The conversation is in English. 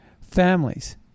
families